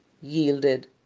yielded